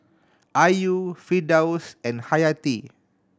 Ayu Firdaus and Hayati